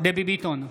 דבי ביטון,